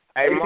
Hey